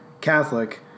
Catholic